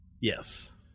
Yes